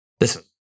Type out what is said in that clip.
Listen